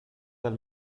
dal